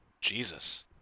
Jesus